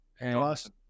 Awesome